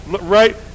right